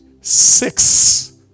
six